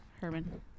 herman